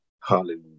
Hallelujah